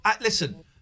listen